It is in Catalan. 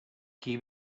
qui